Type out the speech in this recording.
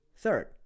Third